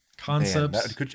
concepts